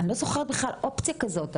אני לא זוכרת בכלל אופציה כזאת,